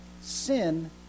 Sin